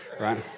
right